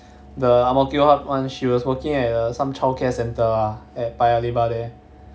the ang mo kio hub one she was working at a some childcare centre lah at paya lebar there